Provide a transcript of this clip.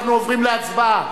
רבותי, אנחנו עוברים להצבעה.